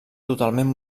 totalment